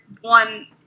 one